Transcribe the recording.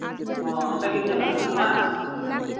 ᱦᱮᱸ ᱚᱸᱰᱮᱜᱤᱧ ᱪᱟᱞᱟᱜᱼᱟ ᱦᱟᱸᱜ ᱵᱟᱝ